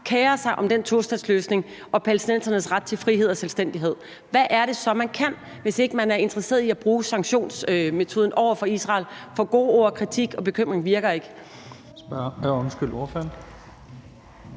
kerer sig om den tostatsløsning og palæstinensernes ret til frihed og selvstændighed, hvad er det så, man kan gøre, hvis ikke man er interesseret i at bruge sanktionsmetoden over for Israel? For gode ord, kritik og bekymring virker ikke. Kl.